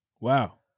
Wow